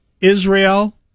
israel